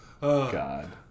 God